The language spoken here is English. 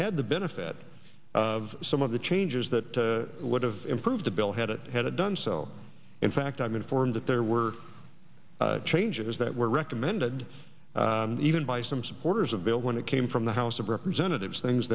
had the benefit of some of the changes that would have improved the bill had it had it done so in fact i'm informed that there were changes that were recommended even by some supporters of bill when it came from the house of representatives things